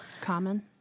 Common